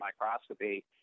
microscopy